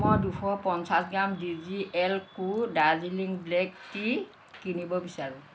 মই দুশ পঞ্চাছ গ্ৰাম ডি জি এল কো দাৰ্জিলিং ব্লেক টি কিনিব বিচাৰোঁ